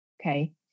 Okay